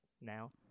Now